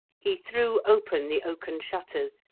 he threw open the oaken shutters,